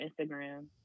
Instagram